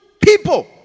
People